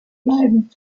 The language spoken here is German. bleiben